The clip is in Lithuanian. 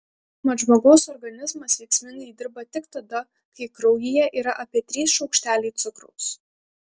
mat žmogaus organizmas veiksmingai dirba tik tada kai kraujyje yra apie trys šaukšteliai cukraus